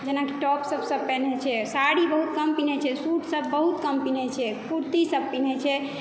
जेनाकि टॉप सभ सभ पीन्है छै साड़ी बहुत कम पीन्है छै सुट सभ बहुत कम पीन्है छै कुर्ती सभ पीन्है छै